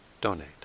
donate